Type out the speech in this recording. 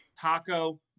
taco